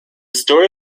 story